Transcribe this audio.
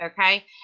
Okay